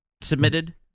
submitted